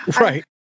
Right